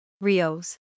Rios